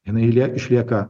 jinai lie išlieka